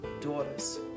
daughters